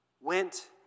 went